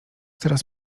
teraz